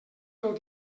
del